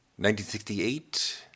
1968